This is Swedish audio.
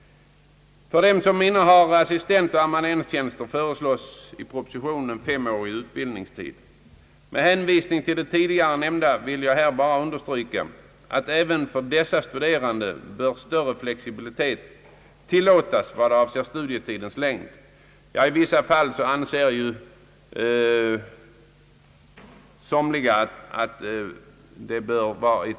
För dem som innehar assistentoch amanuenstjänster föreslås i propositionen en femårig utbildningstid. Med hänvisning till det tidigare nämnda vill jag här bara understryka att även för dessa studerande bör större flexibilitet tilllåtas vad avser studietidens längd. I vissa fall kan två års förlängning behövas.